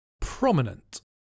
Prominent